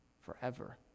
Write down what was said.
forever